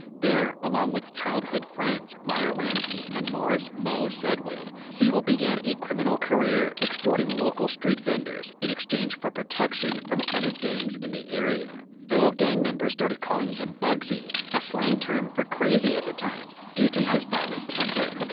there, along with childhood friends, meyer lansky and morris moe sedway, siegel began a criminal career extorting local street vendors in exchange for protection from other gangs in the area. fellow gang members started calling him bugsy, a slang term for crazy at the time, due to his violent temper.